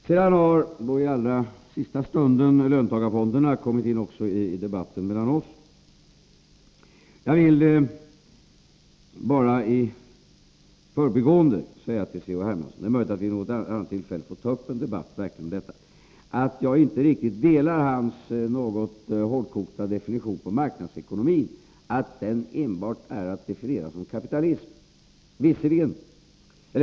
Sedan har då i allra sista stund löntagarfonderna kommit in i debatten mellan oss. Jag vill bara i förbigående säga till C.-H. Hermansson — det är möjligt att vi vid något annat tillfälle får ta upp en debatt om detta — att jag inte riktigt delar hans något hårdkokta syn på marknadsekonomin, att den enbart är att definiera som kapitalism.